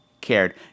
cared